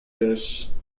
this